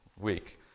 week